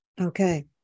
Okay